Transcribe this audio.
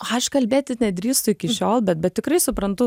aš kalbėti nedrįstu iki šiol bet bet tikrai suprantu